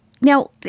Now